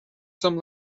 some